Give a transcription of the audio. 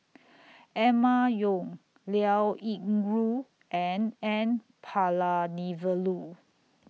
Emma Yong Liao Yingru and N Palanivelu